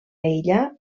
aïllar